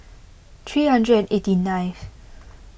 three hundred eighty ninth